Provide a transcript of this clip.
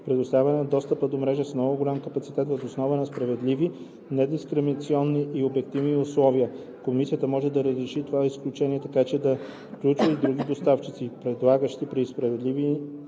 предоставянето на достъп до мрежа с много голям капацитет въз основа на справедливи, недискриминационни и обективни условия; комисията може да разшири това изключение, така че да включва и други доставчици, предлагащи при справедливи,